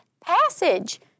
passage